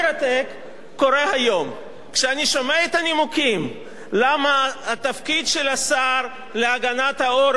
כשאני שומע את הנימוקים למה התפקיד של השר להגנת העורף הוא תפקיד מיותר,